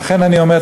לכן אני אומר,